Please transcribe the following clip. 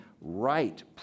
right